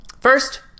First